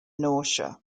nausea